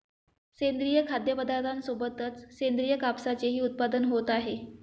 सेंद्रिय खाद्यपदार्थांसोबतच सेंद्रिय कापसाचेही उत्पादन होत आहे